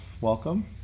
Welcome